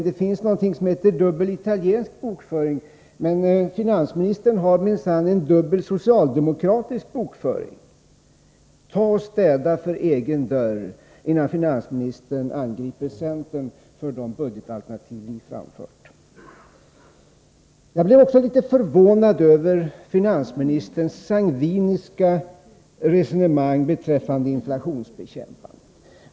Det finns någonting som heter dubbel italiensk bokföring, men finansministern har minsann en dubbel socialdemokratisk bokföring. Sopa först rent framför den egna dörren, innan finansministern angriper centern för de budgetalternativ vi har framfört! Jag blev litet förvånad över finansministerns sangviniska resonemang beträffande inflationsbekämpandet.